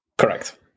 Correct